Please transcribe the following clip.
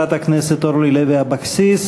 לחברת הכנסת אורלי לוי אבקסיס.